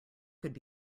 could